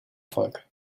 volk